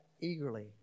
eagerly